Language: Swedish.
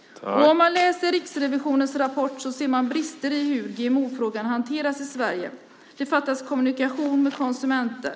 Om man läser Riksrevisionens rapport ser man brister i hur GMO-frågan hanteras i Sverige. Det fattas kommunikation med konsumenter.